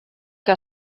que